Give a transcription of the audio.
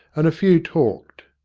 and a few talked.